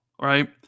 right